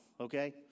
okay